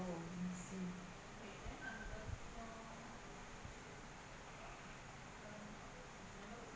~[oh] I see